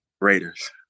Raiders